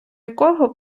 якого